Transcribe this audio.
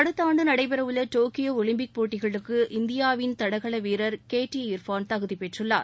அடுத்த ஆண்டு நடைபெறவுள்ள டோக்கியோ ஒலிம்பிக் போட்டிகளுக்கு இந்தியாவின் தடகள வீரா் இர்ஃபான் தகுதி பெற்றுள்ளார்